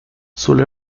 suele